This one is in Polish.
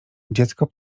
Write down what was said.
dziecko